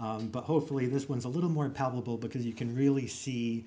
but hopefully this one's a little more palatable because you can really see